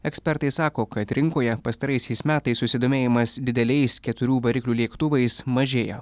ekspertai sako kad rinkoje pastaraisiais metais susidomėjimas dideliais keturių variklių lėktuvais mažėja